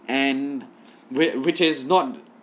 and which which is not